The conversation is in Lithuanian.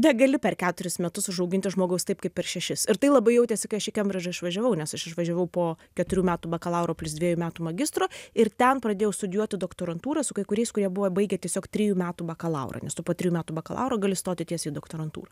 negali per keturis metus užauginti žmogaus taip kaip per šešis ir tai labai jautėsi kai aš į kembridžą išvažiavau nes aš išvažiavau po keturių metų bakalauro plius dviejų metų magistro ir ten pradėjau studijuoti doktorantūrą su kai kuriais kurie buvo baigę tiesiog trijų metų bakalaurą nes tu po trijų metų bakalauro gali stoti tiesiai į doktorantūrą